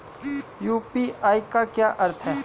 UPI का क्या अर्थ है?